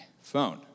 phone